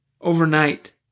overnight